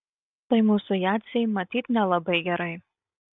tai mūsų jadzei matyt nelabai gerai